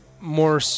more